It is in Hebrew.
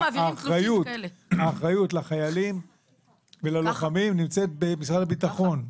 האחריות לחיילים וללוחמים נמצאת במשרד הביטחון.